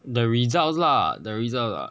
the results lah the result lah